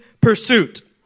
pursuit